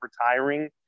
retiring